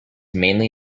mainly